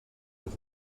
los